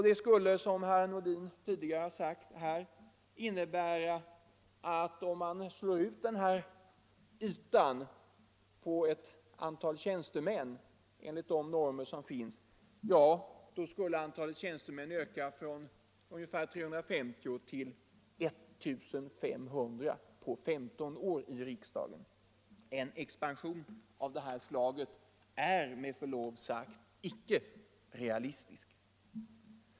Det innebär, som herr Nordin sade, att antalet tjänstemän i riksdagen som i dag är 350 år 2000 skulle vara nära femdubblat och uppgå till inte mindre än 1500! En expansion av detta slag är inte realistisk.